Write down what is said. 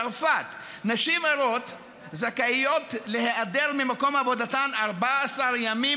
צרפת: נשים הרות זכאיות להיעדר ממקום עבודתן 14 ימים